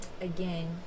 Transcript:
again